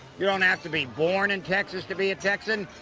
you don't have to be born in texas to be a texan.